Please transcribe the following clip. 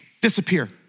disappear